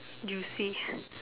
it's juicy